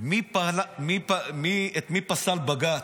את מי פסל בג"ץ.